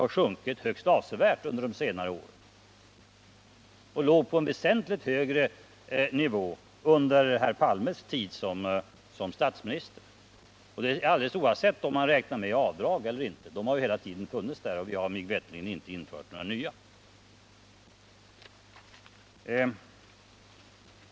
De inkomsterna låg på en väsentligt högre nivå under herr Palmes tid som statsminister, detta alldeles oavsett om man räknar med avdrag eller inte —- de har ju hela tiden funnits där. Och jag har mig veterligt inte infört några nya.